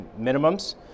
minimums